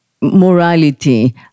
morality